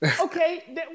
Okay